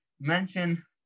Mention